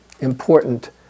important